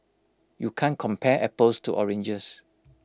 you can't compare apples to oranges